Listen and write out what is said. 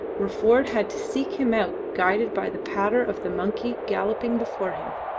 where ford had to seek him out guided by the patter of the monkey galloping before him.